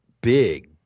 big